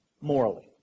morally